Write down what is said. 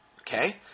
Okay